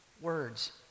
words